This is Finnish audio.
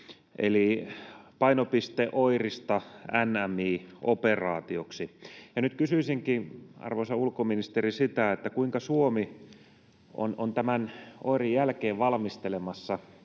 eli OIRista NMI-operaatioksi. Nyt kysyisinkin, arvoisa ulkoministeri, sitä, kuinka Suomi on tämän OIRin jälkeen valmistelemassa